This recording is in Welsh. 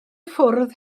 ffwrdd